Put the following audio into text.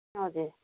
हजुर